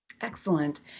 Excellent